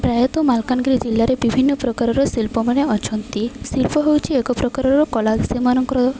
ପ୍ରାୟତଃ ମାଲକାନଗିରି ଜିଲ୍ଲାରେ ବିଭିନ୍ନ ପ୍ରକାରର ଶିଲ୍ପମାନେ ଅଛନ୍ତି ଶିଲ୍ପ ହେଉଛି ଏକ ପ୍ରକାରର କଲା ସେମାନଙ୍କର